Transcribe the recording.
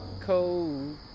cold